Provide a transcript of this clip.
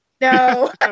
No